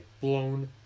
blown